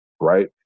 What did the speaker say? right